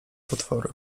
potwory